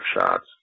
shots